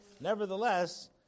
nevertheless